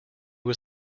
was